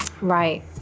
Right